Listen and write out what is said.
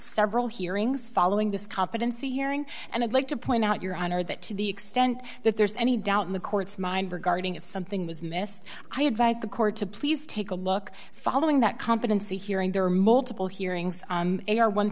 several hearings following this competency hearing and i'd like to point out your honor that to the extent that there's any doubt in the court's mind regarding if something was missed i advise the court to please take a look following that competency hearing there are multiple hearings are one